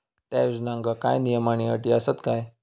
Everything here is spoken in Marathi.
त्या योजनांका काय नियम आणि अटी आसत काय?